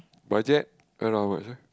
budget around how much ah